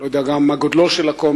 אני גם לא יודע מה גודלו של הקומץ.